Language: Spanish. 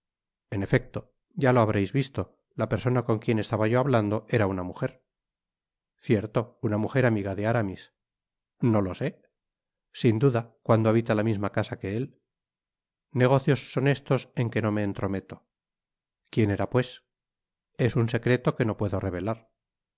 en efecto ya lo habreis visto la persona con quien estaba yo hablando era una mujer cierto una mujer amiga de aramis no lo sé sin duda cuando habita la misma casa que él negocios son estos en que no me entrometo quién era pues es un secreto que no puedo revelar